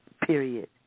Period